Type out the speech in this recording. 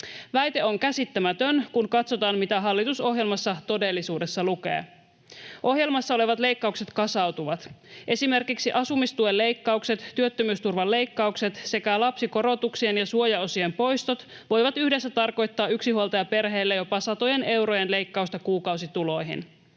Väite on käsittämätön, kun katsotaan, mitä hallitusohjelmassa todellisuudessa lukee. Ohjelmassa olevat leikkaukset kasautuvat. Esimerkiksi asumistuen leikkaukset, työttömyysturvan leikkaukset sekä lapsikorotuksien ja suojaosien poistot voivat yhdessä tarkoittaa yksinhuoltajaperheille jopa satojen eurojen leikkausta kuukausituloihin